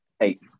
eight